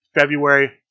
February